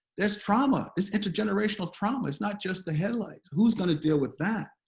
there's trauma it's intergenerational trauma, it's not just the headlines. who's gonna deal with that?